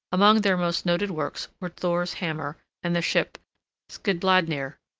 among their most noted works were thor's hammer, and the ship skidbladnir,